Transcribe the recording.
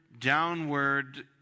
downward